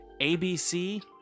abc